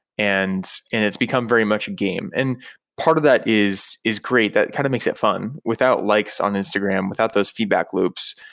and and it's become very much game. and part of that is is great. that kind of makes it fun. without likes on instagram, without those feedback loops,